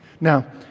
Now